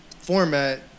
format